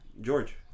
George